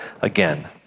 again